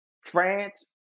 france